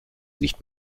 nicht